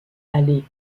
aller